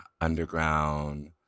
underground